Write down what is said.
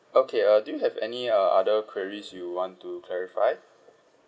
okay uh do you have any uh other queries you want to clarify